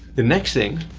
the next thing